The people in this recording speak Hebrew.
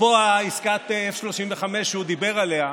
אפרופו עסקת ה-F-35 שהוא דיבר עליה,